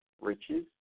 riches